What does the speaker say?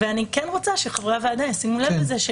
אני כן רוצה שחברי הוועדה ישימו לב לזה,